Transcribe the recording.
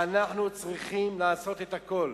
שאנחנו צריכים לעשות הכול